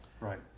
right